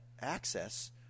access